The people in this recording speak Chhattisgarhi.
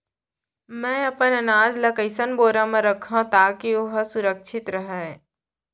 मैं अपन अनाज ला कइसन बोरा म रखव ताकी ओहा सुरक्षित राहय?